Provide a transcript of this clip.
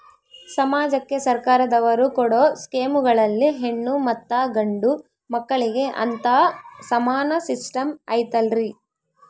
ಸಮಾಜಕ್ಕೆ ಸರ್ಕಾರದವರು ಕೊಡೊ ಸ್ಕೇಮುಗಳಲ್ಲಿ ಹೆಣ್ಣು ಮತ್ತಾ ಗಂಡು ಮಕ್ಕಳಿಗೆ ಅಂತಾ ಸಮಾನ ಸಿಸ್ಟಮ್ ಐತಲ್ರಿ?